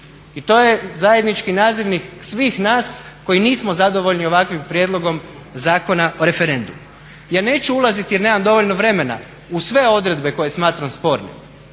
I to je zajednički nazivnik svih nas koji nismo zadovoljni ovakvim Prijedlogom zakona o referendumu. Ja neću ulaziti jer nemam dovoljno vremena u sve odredbe koje smatram spornim,